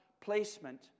placement